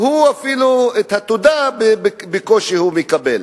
והוא אפילו את התודה בקושי מקבל.